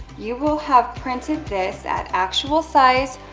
you will have printed this at actual size,